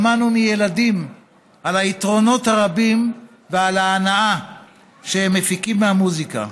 שמענו מילדים על היתרונות הרבים ועל ההנאה שהם מפיקים מהמוזיקה.